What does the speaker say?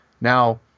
now